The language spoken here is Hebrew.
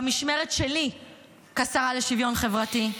במשמרת שלי כשרה לשוויון חברתי,